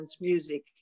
music